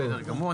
בסדר גמור.